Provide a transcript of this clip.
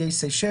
איי סיישל,